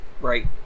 Right